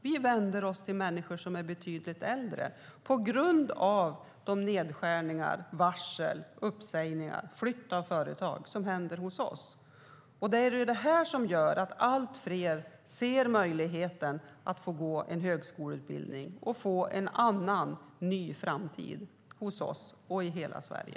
Vi vänder oss till människor som är betydligt äldre - på grund av de nedskärningar, varsel, uppsägningar och flytt av företag som sker hos oss. Det är detta som gör att allt fler ser möjligheten att gå en högskoleutbildning och få en annan och ny framtid hos oss och i hela Sverige.